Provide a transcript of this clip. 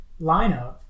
lineup